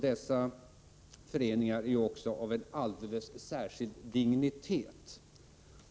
Dessa föreningar är också av en alldeles särskild dignitet.